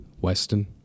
Weston